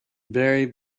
very